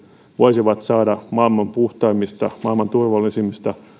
voisivat saada maailman puhtaimmista ja maailman turvallisimmista